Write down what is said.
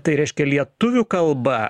tai reiškia lietuvių kalba